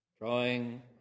Drawing